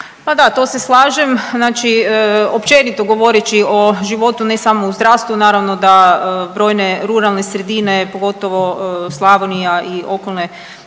Pa da to se slažem, znači općenito govoreći o životu ne samo u zdravstvu naravno da brojne ruralne sredine, pogotovo Slavonija i okolne